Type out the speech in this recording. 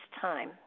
time